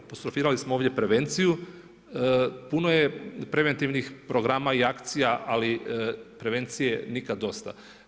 Apostrofirali smo ovdje prevenciju, puno je preventivnih programa i akcija, ali prevencije nikad dosta.